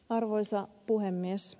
arvoisa puhemies